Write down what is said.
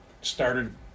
started